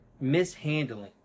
mishandling